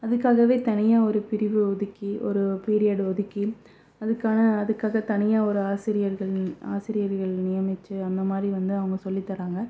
அதுக்காகவே தனியாக ஒரு பிரிவு ஒதுக்கி ஒரு பீரியட் ஒதுக்கி அதுக்கான அதுக்காக தனியாக ஒரு ஆசிரியர்கள் நி ஆசிரியர்கள் நியமித்து அந்த மாதிரி வந்து அவங்க சொல்லி தராங்க